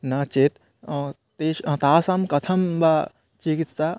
नो चेत् तेषां तासां कथं वा चिकित्सा